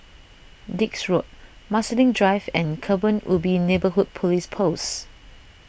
Dix Road Marsiling Drive and Kebun Ubi Neighbourhood Police Post